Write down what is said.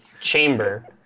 chamber